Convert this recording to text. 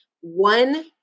one